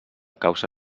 causa